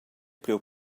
priu